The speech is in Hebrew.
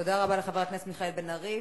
תודה רבה לחבר הכנסת מיכאל בן-ארי.